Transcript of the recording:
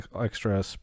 extra